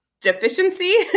deficiency